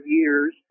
years